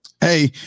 Hey